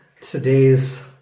today's